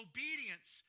Obedience